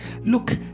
Look